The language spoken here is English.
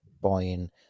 buying